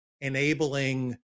enabling